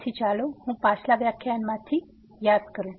તેથી ચાલો હું પાછલા વ્યાખ્યાનમાંથી યાદ કરું